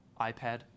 iPad